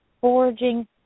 foraging